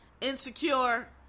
Insecure